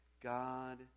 God